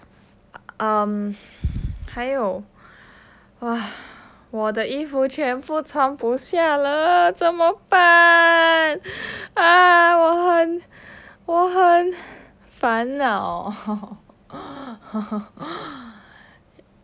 um 还有 !wah! 我的衣服全部穿不下了怎么办啊我很我很烦恼